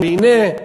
והנה,